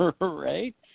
Right